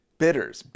bitters